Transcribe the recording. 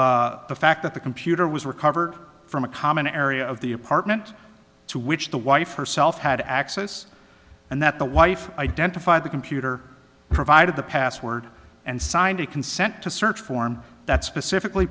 the fact that the computer was recovered from a common area of the apartment to which the wife herself had access and that the wife identified the computer provided the password and signed a consent to search form that specifically